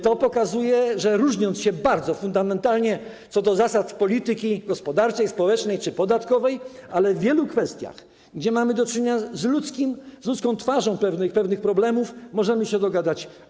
To pokazuje, że różniąc się bardzo fundamentalnie co do zasad polityki gospodarczej, społecznej czy podatkowej, w wielu kwestiach, gdzie mamy do czynienia z ludzką twarzą pewnych problemów, możemy się dogadać.